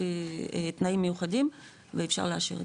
לפי תנאים מיוחדים ואפשר לאשר את זה.